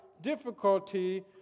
difficulty